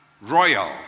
royal